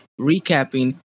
recapping